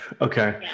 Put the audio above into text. Okay